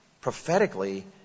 prophetically